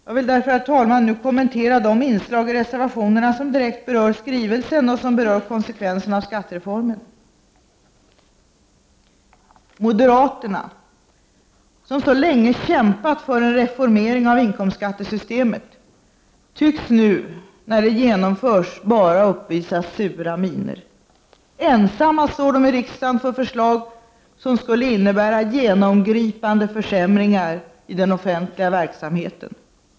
Jag vill därför, herr talman, nu kommentera de inslag i reservationerna som direkt berör skrivelsen och som berör konsekvenser av skattereformen. Moderaterna, som så länge kämpat för en reformering av inkomstskattesystemet, tycks nu när det genomförs bara uppvisa sura miner. Ensamma står de i riksdagen för förslag som skulle innebära genomgripande försämringar i den offentliga verksamheten.